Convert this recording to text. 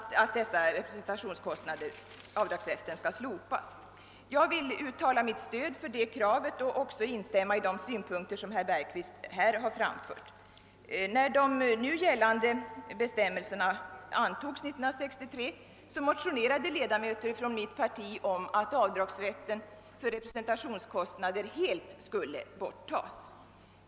Jag vill uttala mitt stöd för det kravet och även instämma i de synpunkter som herr Bergqvist här har framfört. När de nu gällande bestämmelserna antogs 1963, motionerade ledamöter från mitt parti om att avdragsrätten för representationskostnader helt skulle tas bort.